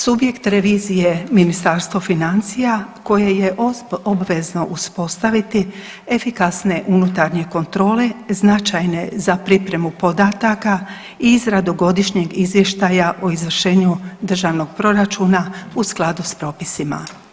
Subjekt revizije Ministarstvo financija koje je obvezno uspostaviti efikasne unutarnje kontrole, značajne za pripremu podataka i izradu Godišnjeg izvještaja o izvršenju Državnog proračuna u skladu s propisima.